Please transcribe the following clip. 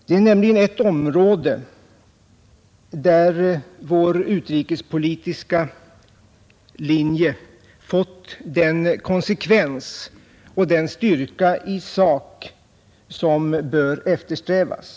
Det är nämligen ett område där vår utrikespolitik fått den linje, konsekvens och styrka i sak som bör eftersträvas.